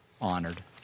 Honored